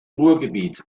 ruhrgebiet